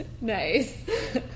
Nice